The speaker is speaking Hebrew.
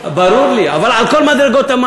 אבל ה-1.5% פרוגרסיבי.